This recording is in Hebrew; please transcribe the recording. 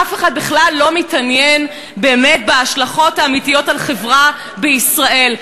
אף אחד בכלל לא מתעניין באמת בהשלכות האמיתיות על החברה בישראל.